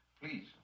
please